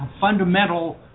fundamental